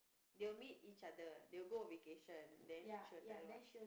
they will meet each other they will go on vacation then she will tell what